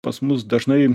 pas mus dažnai